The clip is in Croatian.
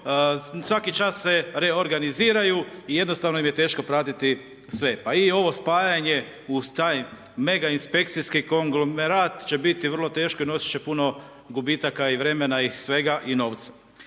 svaki čas se reorganiziraju i jednostavno im je teško pratiti sve, pa i ovo spajanje uz taj mega inspekcijski konglomerat će biti vrlo teško i nosit će puno gubitaka i vremena i svega i novca.